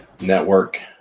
Network